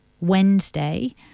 Wednesday